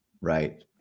Right